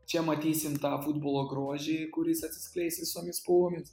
čia matysim tą futbolo grožį kuris atsiskleis visomis spalvomis